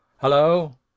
Hello